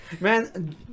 man